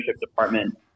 Department